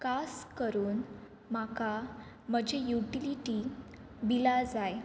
खास करून म्हाका म्हजी युटिलिटी बिलां जाय